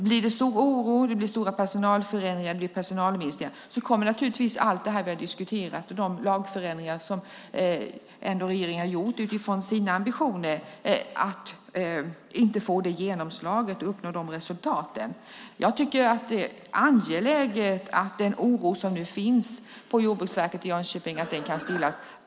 Blir det stor oro, stora personalförändringar och personalminskningar kommer naturligtvis allt det vi har diskuterat och de lagförändringar som regeringen har gjort utifrån sina ambitioner att inte få genomslag och uppnå de avsedda resultaten. Jag tycker att det är angeläget att den oro som nu finns på Jordbruksverket i Jönköping kan stillas.